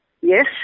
Yes